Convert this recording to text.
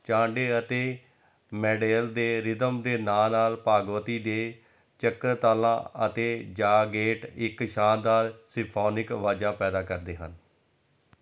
ਚਾਂਡੇ ਅਤੇ ਮੈਡੇਲ ਦੇ ਰਿਦਮ ਦੇ ਨਾਲ ਨਾਲ ਭਾਗਵਤੀ ਦੇ ਚਕਰਤਾਲਾ ਅਤੇ ਜਾਗੇਟ ਇੱਕ ਸ਼ਾਨਦਾਰ ਸਿੰਫੋਨਿਕ ਆਵਾਜ਼ ਪੈਦਾ ਕਰਦੇ ਹਨ